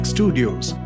Studios